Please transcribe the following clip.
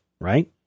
right